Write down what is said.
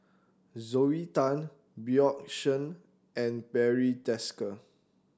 Zoe Tay Bjorn Shen and Barry Desker